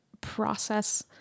process